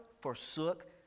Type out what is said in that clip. forsook